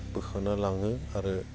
बोखांना लाङो आरो